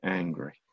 angry